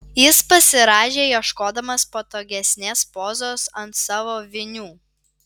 jis pasirąžė ieškodamas patogesnės pozos ant savo vinių